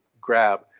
grab